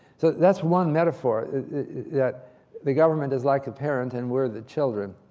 so that's one metaphor that the government is like a parent, and we're the children.